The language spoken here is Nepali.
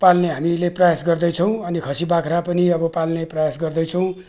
पाल्ने हामीले प्रयास गर्दैछौँ अनि खसी बाख्रा पनि अब पाल्ने प्रयास गर्दैछौँ